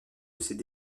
cette